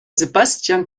sebastian